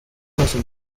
bwose